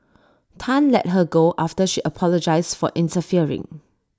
Tan let her go after she apologised for interfering